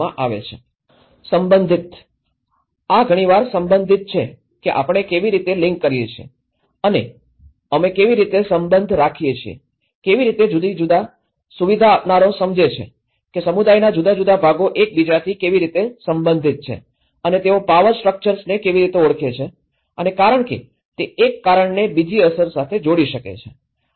સંબંધિત આ ઘણીવાર સંબંધિત છે કે આપણે કેવી રીતે લિંક કરીએ છીએ અને અમે કેવી રીતે સંબંધ રાખીએ છીએ કેવી રીતે જુદા જુદા સુવિધા આપનારાઓ સમજે છે કે સમુદાયના જુદા જુદા ભાગો એક બીજાથી કેવી રીતે સંબંધિત છે અને તેઓ પાવર સ્ટ્રક્ચર્સને કેવી રીતે ઓળખે છે અને કારણ કે તે એક કારણને બીજી અસર સાથે જોડી શકે છે અને એક અસર સાથે